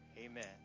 amen